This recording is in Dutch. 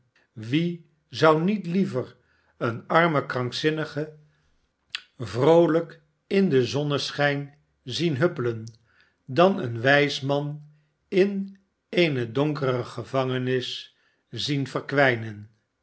wie zou niet liever een armen krankzinnige vroolijk in den zonneschijn zien huppelen dan een wijs man in eene donkere gevangenis zien verkwijnen